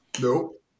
Nope